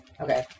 Okay